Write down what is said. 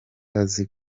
azi